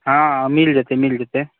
हँ मिल जेतै मिल जेतै